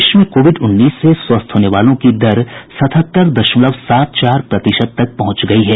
देश में कोविड उन्नीस से स्वस्थ होने वालों की दर सतहत्तर दशमलव सात चार प्रतिशत तक पहुंच गई है